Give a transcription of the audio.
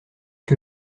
que